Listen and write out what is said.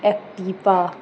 Activa